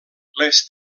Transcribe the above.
les